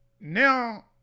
Now